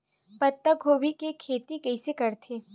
पत्तागोभी के खेती कइसे करथे?